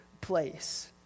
place